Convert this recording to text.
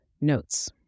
Notes